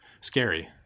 scary